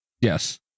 Yes